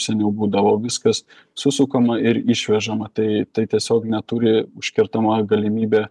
seniau būdavo viskas susukama ir išvežama tai tai tiesiog neturi užkertama galimybė